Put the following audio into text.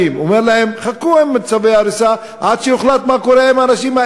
גם כאשר עוד לא הוחלט על הפינוי.